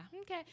Okay